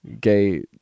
gay